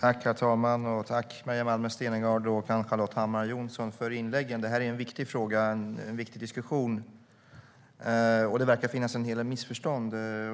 Herr talman! Jag tackar Maria Malmer Stenergard och Ann-Charlotte Hammar Johnsson för inläggen. Det är en viktig fråga och diskussion. Det verkar dock finnas en del missförstånd.